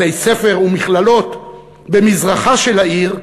בתי-ספר ומכללות במזרחה של העיר,